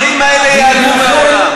השקרים האלה ייעלמו מהעולם.